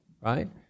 right